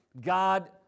God